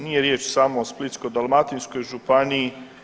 Nije riječ samo o Splitsko-dalmatinskoj županiji.